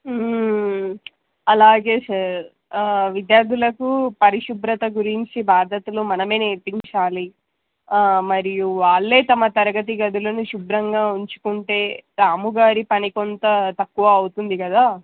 అలాగే సార్ విద్యార్థులకు పరిశుభ్రత గురించి బాధ్యత మనమే నేర్పించాలి మరియు వాళ్ళే తమ తరగతి గదులను శుభ్రంగా ఉంచుకుంటే రాముగారి పని కొొంత తక్కువ అవుతుంది కదా